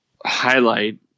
highlight